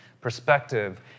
perspective